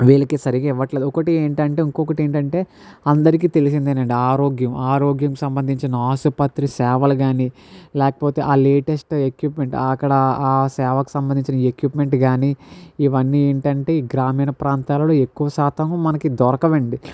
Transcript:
వీళ్ళకి సరిగ్గా ఇవ్వట్లేదు ఒకటి ఏంటంటే ఇంకొకటి ఏంటంటే అందరికీ తెలిసిందేనండి ఆరోగ్యం ఆరోగ్యం సంబంధించిన ఆసుపత్రి సేవలు కానీ లేకపోతే ఆ లేటెస్ట్ ఎక్విప్మెంట్ అక్కడ సేవకు సంబంధించిన ఎక్విప్మెంట్ కానీ ఇవన్నీ ఏంటంటే ఈ గ్రామీణ ప్రాంతాలలో ఎక్కువ శాతం మనకి దొరకవండి